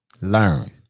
learn